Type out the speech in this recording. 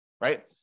right